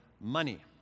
money